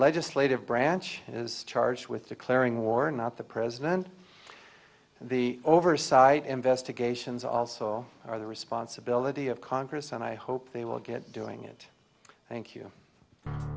legislative branch is charged with declaring war not the president and the oversight investigations also are the responsibility of congress and i hope they will get doing it thank you